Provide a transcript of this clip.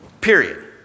period